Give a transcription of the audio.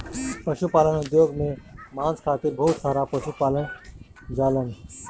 पशुपालन उद्योग में मांस खातिर बहुत सारा पशु पालल जालन